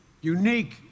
unique